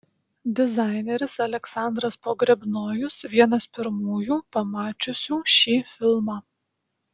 dizaineris aleksandras pogrebnojus vienas pirmųjų pamačiusių šį filmą